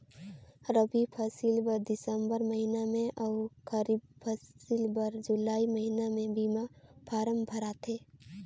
रबी फसिल बर दिसंबर महिना में अउ खरीब फसिल बर जुलाई महिना में बीमा फारम भराथे